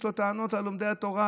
יש לו טענות על לומדי התורה,